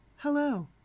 Hello